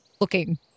looking